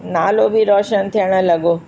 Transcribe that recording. नालो बि रोशन थियण लॻो